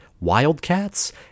Wildcats